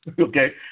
okay